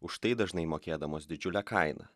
už tai dažnai mokėdamos didžiulę kainą